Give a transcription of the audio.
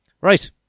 Right